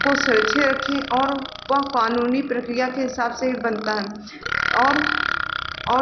को सुरक्षित रखें और वह कानूनी प्रक्रिया के हिसाब से ही बनता है और और